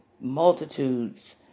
multitudes